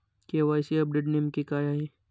KYC update नेमके काय आहे?